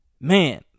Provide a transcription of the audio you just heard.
man